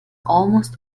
almost